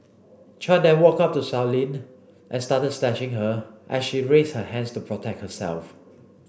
Chan then walked up to Sow Lin and started slashing her as she raised her hands to protect herself